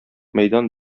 мәйдан